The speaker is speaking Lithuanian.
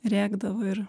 rėkdavo ir